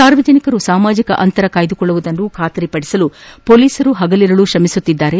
ಸಾರ್ವಜನಿಕರು ಸಾಮಾಜಿಕ ಅಂತರ ಕಾಯ್ದುಕೊಳ್ಳುವುದನ್ನು ಖಾತ್ರಿಪಡಿಸಲು ಪೊಲೀಸರು ಹಗಲಿರುಳು ಶ್ರಮಿಸುತ್ತಿದ್ದಾರೆ